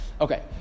Okay